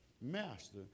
Master